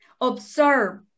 observe